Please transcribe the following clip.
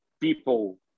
people